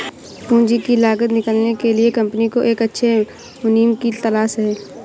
पूंजी की लागत निकालने के लिए कंपनी को एक अच्छे मुनीम की तलाश है